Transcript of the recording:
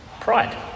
Pride